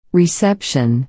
reception